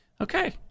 Okay